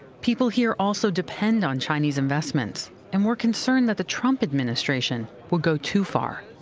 people here also depend on chinese investments and were concerned that the trump administration would go too far.